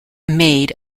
made